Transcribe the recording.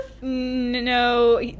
No